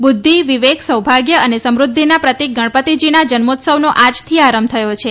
બુદ્વિ વિવેક સૌભાગ્ય અને સમુદ્ધિના પ્રતિક ગણપતિજીના જન્મોત્સવનો આજથી આરંભ થયો છે